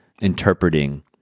interpreting